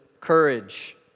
courage